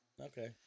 Okay